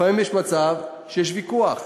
לפעמים יש מצב שיש ויכוח